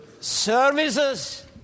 Services